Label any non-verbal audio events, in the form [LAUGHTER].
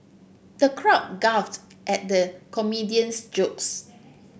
the crowd [UNINTELLIGIBLE] at the comedian's jokes